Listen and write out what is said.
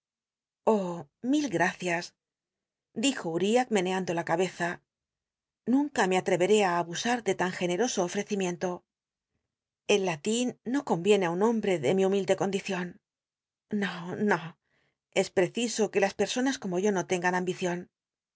mil g acias dijo ul'iah meneando la cabeza nunca me ah'ceré á bus u de tan generoso ofecimiento el latin no conyicnc í nn hombre de mi humilde condicion no no es preciso que las pcr onas como yo no tengan ambicion